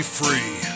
free